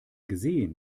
gesehen